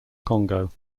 congo